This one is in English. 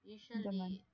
Usually